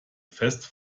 fest